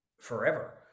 forever